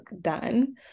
done